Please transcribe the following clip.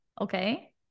okay